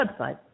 website